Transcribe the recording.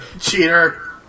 Cheater